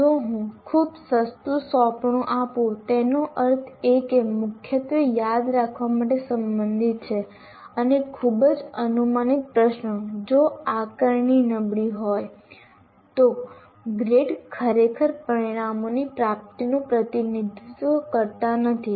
જો હું ખૂબ સસ્તું સોંપણી આપું તેનો અર્થ એ કે મુખ્યત્વે યાદ રાખવા સાથે સંબંધિત છે અને ખૂબ જ અનુમાનિત પ્રશ્નો જો આકારણી નબળી હોય તો ગ્રેડ ખરેખર પરિણામોની પ્રાપ્તિનું પ્રતિનિધિત્વ કરતા નથી